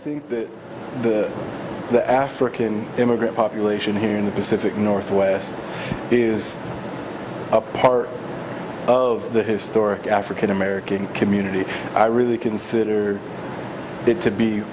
think that the african immigrant population here in the pacific northwest is a part of the historic african american community i really consider it to be